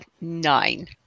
Nine